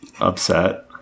upset